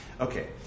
Okay